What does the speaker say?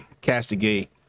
castigate